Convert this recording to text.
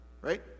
Right